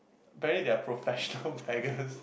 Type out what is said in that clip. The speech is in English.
apparently there are professional beggars